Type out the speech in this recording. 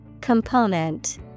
Component